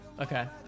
Okay